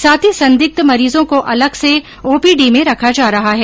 साथ ही संदिग्ध मरीजों को अलग से ओपीडी में रखा जा रहा है